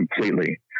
completely